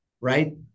right